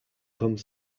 come